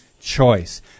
choice